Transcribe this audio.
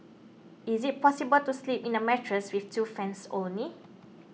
is it possible to sleep in a mattress with two fans only